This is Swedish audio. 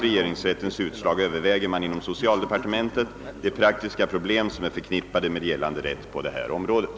regeringsrättens utslag överväger man inom socialdepartementet de praktiska problem som är förknippade med gällande rätt på det här området.